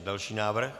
Další návrh.